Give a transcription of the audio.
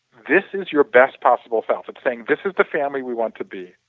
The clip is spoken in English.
this is your best possible fault at saying this is the family we want to be.